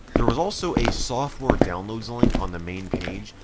there was also a software downloads link on the main page,